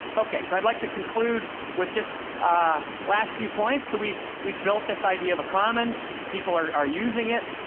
ok, i'd like to conclude with just the ah last few points. so, we've we've built this idea of a commons. people are are using it.